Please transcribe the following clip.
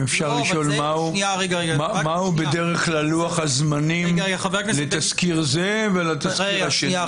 הוא בדרך כלל לוח הזמנים לתסקיר זה ולתסקיר השני?